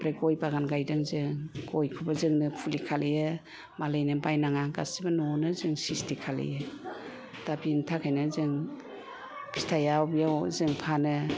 ओमफ्राय गय बागान गायदों जों गयखौबो जोंनो फुलि खालामो मालायनो बायनाङा गासिबो न'आवनो जों चिसथि खालामो दा बेनि थाखायनो जों फिथाइयाव बेयाव जों फानो